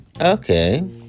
Okay